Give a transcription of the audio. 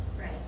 Right